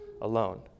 alone